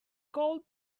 cold